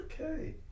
Okay